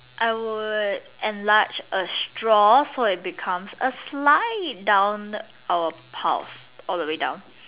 I would enlarge a straw so it becomes a slide down the our pulse all the way down